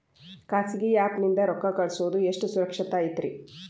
ಖಾಸಗಿ ಆ್ಯಪ್ ನಿಂದ ರೊಕ್ಕ ಕಳ್ಸೋದು ಎಷ್ಟ ಸುರಕ್ಷತಾ ಐತ್ರಿ?